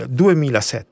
2007